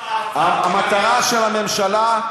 המטרה של הממשלה,